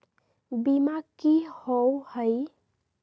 बीमा की होअ हई?